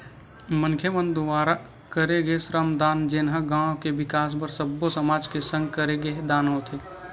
मनखे मन दुवारा करे गे श्रम दान जेनहा गाँव के बिकास बर सब्बो समाज के संग करे गे दान होथे